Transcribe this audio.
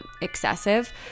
excessive